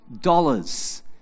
dollars